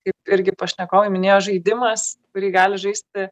kaip irgi pašnekovai minėjo žaidimas kurį gali žaisti